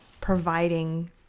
providing